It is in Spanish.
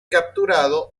capturado